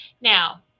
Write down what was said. now